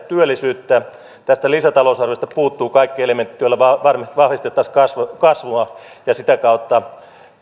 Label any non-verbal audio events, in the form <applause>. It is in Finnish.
<unintelligible> työllisyyttä tästä lisätalousarviosta puuttuvat kaikki elementit joilla vahvistettaisiin kasvua kasvua ja sitä kautta